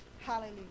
Hallelujah